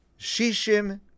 Shishim